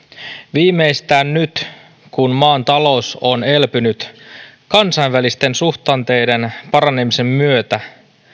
viimeistään nyt kun maan talous on elpynyt kansainvälisten suhdanteiden paranemisen myötä